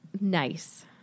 nice